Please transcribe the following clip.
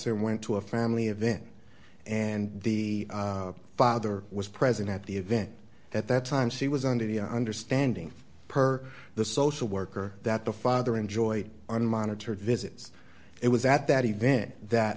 sensor went to a family event and the father was present at the event at that time she was under the understanding per the social worker that the father enjoyed unmonitored visits it was at that event that